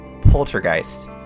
Poltergeist